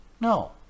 no